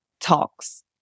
talks